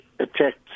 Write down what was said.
attacked